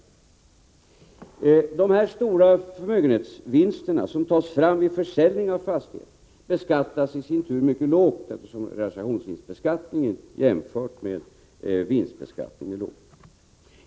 De här stora förmögenhetsvinsterna vid försäljning av fastigheter beskattas i sin tur mycket lågt, eftersom realisationsvinstbeskattningen, jämfört med vinstbeskattningen, är låg.